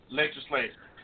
legislature